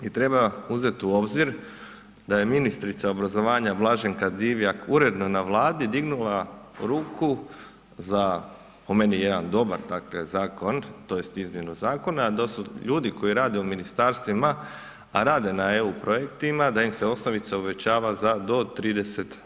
I treba uzeti u obzir da je ministrica obrazovanja Blaženka Divjak uredno na Vladi digla ruku za, po meni jedan dobru izmjenu zakona, da su ljudi koji rade u ministarstvima, a rade na EU projektima da im se osnovica uvećava za do 30%